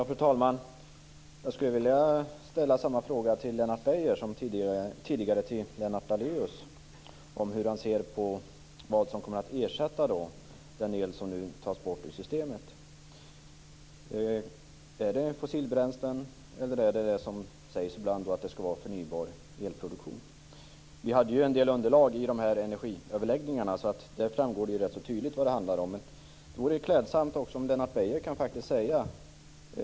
Fru talman! Jag skulle vilja ställa samma fråga till Lennart Beijer som jag tidigare ställde till Lennart Daléus om hur han ser på vad som kommer att ersätta den el som nu tas bort ur systemet. Är det fossilbränslen, eller är det förnybar elproduktion, som det sägs ibland? Vi hade en del underlag i energiöverläggningarna, så där framgår det rätt tydligt vad det handlar om. Men det vore klädsamt om Lennart Beijer också kunde tala om det.